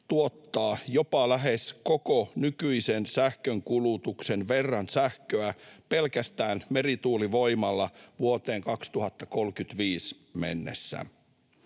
tuottaa jopa lähes koko nykyisen sähkönkulutuksen verran sähköä pelkästään merituulivoimalla vuoteen 2035 mennessä.